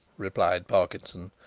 replied parkinson,